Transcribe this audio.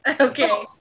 Okay